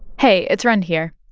hey, it's rund here.